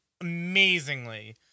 amazingly